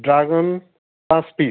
dragon পাঁচ piece